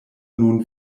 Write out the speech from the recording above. nun